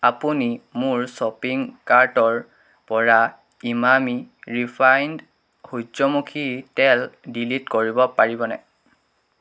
আপুনি মোৰ শ্বপিং কাৰ্টৰ পৰা ইমামী ৰিফাইণ্ড সূৰ্য্যমুখী তেল ডিলিট কৰিব পাৰিবনে